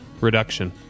Reduction